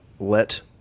Let